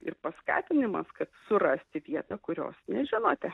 ir paskatinimas kad surasti vietą kurios nežinote